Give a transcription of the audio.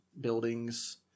buildings